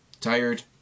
tired